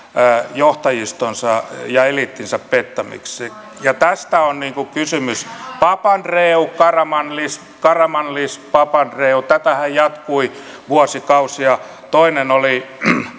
johtajistonsa ja eliittinsä pettämäksi ja tästä on kysymys papandreou karamanlis karamanlis papandreou tätähän jatkui vuosikausia toinen oli